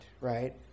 Right